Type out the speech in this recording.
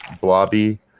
blobby